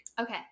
Okay